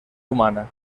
humana